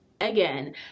again